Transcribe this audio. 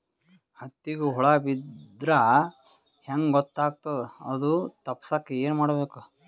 ಹತ್ತಿಗ ಹುಳ ಬಿದ್ದ್ರಾ ಹೆಂಗ್ ಗೊತ್ತಾಗ್ತದ ಅದು ತಪ್ಪಸಕ್ಕ್ ಏನ್ ಮಾಡಬೇಕು?